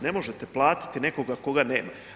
Ne možete platiti nekoga koga nema.